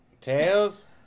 Tails